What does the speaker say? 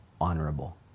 honorable